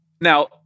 Now